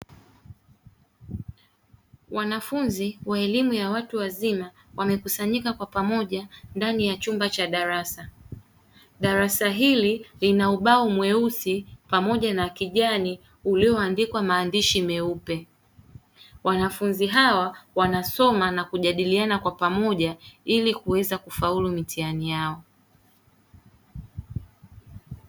Wanafunzi wa elimu ya watu wazima, wamekusanyika kwa pamoja ndani ya chumba cha darasa. Darasa hili lina ubao mweusi pamoja na kijani ulioandikwa maandishi meupe. Wanafunzi hawa wanasoma na kujadiliana kwa pamoja, ili kuweza kufaulu mitihani yao.